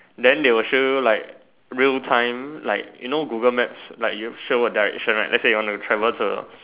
then they will show you like real time like you know Google maps like show a direction right let's say you want to travel to